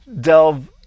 delve